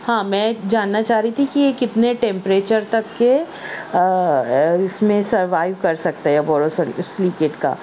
ہاں میں جاننا چاہ رہی تھی کہ یہ کتنے ٹیمپریچر تک کے اس میں سروائیو کر سکتے ہیں بوروسیل سلیکیٹ کا